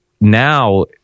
now